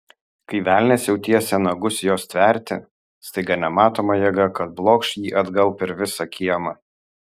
kai velnias jau tiesė nagus jos stverti staiga nematoma jėga kad blokš jį atgal per visą kiemą